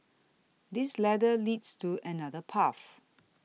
this ladder leads to another path